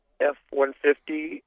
F-150